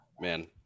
man